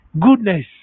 goodness